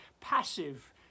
passive